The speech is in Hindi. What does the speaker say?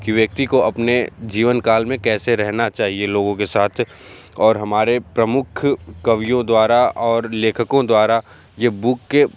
कि व्यक्ति को अपने जीवन काल में कैसे रहना चाहिए लोगों के साथ और हमारे प्रमुख कवियों द्वारा और लेखकों द्वारा ये बुके